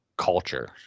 culture